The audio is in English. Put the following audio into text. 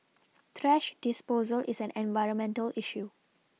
thrash disposal is an environmental issue